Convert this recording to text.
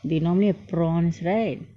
they normally have prawns rights